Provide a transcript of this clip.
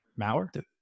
Mauer